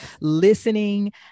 listening